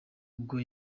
ubwo